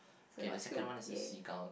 so got two yeah